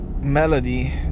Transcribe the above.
melody